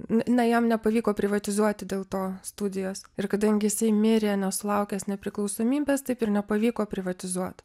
na jam nepavyko privatizuoti dėl to studijos ir kadangi jisai mirė nesulaukęs nepriklausomybės taip ir nepavyko privatizuot